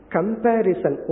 Comparison